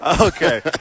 Okay